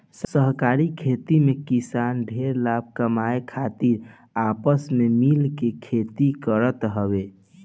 सहकारी खेती में किसान ढेर लाभ कमाए खातिर आपस में मिल के खेती करत हवे